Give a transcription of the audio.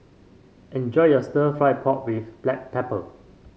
enjoy your stir fry pork with Black Pepper